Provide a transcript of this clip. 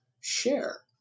share